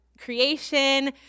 creation